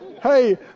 Hey